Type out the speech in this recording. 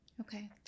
Okay